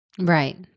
Right